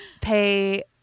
pay